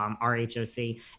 R-H-O-C